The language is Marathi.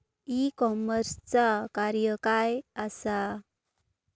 ई कॉमर्सचा कार्य काय असा?